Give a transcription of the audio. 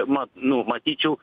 ma nu matyčiau